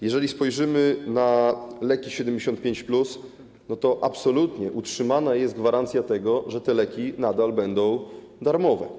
Jeżeli chodzi o „Leki 75+”, to absolutnie utrzymana jest gwarancja tego, że te leki nadal będą darmowe.